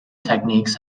techniques